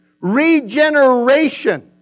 regeneration